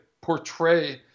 portray